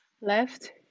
left